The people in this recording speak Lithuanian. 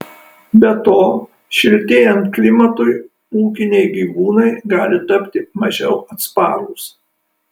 be to šiltėjant klimatui ūkiniai gyvūnai gali tapti mažiau atsparūs